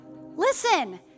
Listen